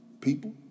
people